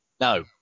No